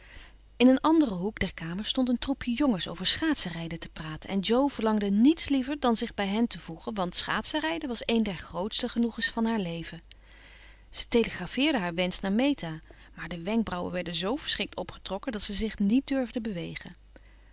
in een anderen hoek der kamer stond een troepje jongens over schaatsenrijden te praten en jo verlangde niets liever dan zich bij hen te voegen want schaatsenrijden was een der grootste genoegens van haar leven ze telegrafeerde haar wensch naar meta maar de wenkbrauwen werden z verschrikt opgetrokken dat ze zich niet durfde bewegen